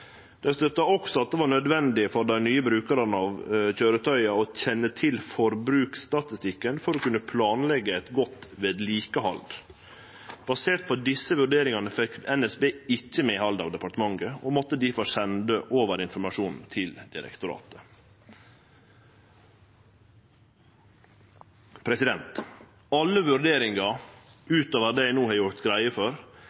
Dei støtta også at det var nødvendig for dei nye brukarane av køyretøya å kjenne til forbruksstatistikken for å kunne planleggje eit godt vedlikehald. Basert på desse vurderingane fekk NSB ikkje medhald av departementet og måtte difor sende over den informasjonen til direktoratet. Alle vurderingar